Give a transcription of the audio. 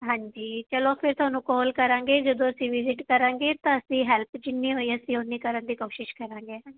ਹਾਂਜੀ ਚਲੋ ਫਿਰ ਤੁਹਾਨੂੰ ਕੌਲ ਕਰਾਂਗੇ ਜਦੋਂ ਅਸੀਂ ਵਿਜਿਟ ਕਰਾਂਗੇ ਤਾਂ ਅਸੀਂ ਹੈਲਪ ਜਿੰਨੀ ਹੋਈ ਅਸੀਂ ਓਨੀ ਕਰਨ ਦੀ ਕੋਸ਼ਿਸ਼ ਕਰਾਂਗੇ